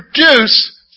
produce